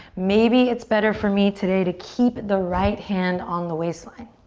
maybe it's better for me today to keep the right hand on the waistline.